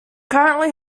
currently